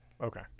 Okay